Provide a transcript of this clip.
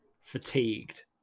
fatigued